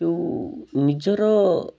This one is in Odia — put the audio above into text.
ଯୋଉ ନିଜର